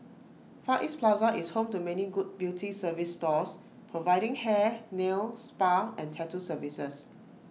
far east plaza is home to many good beauty service stores providing hair nail spa and tattoo services